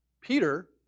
Peter